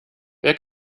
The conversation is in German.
wer